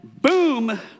Boom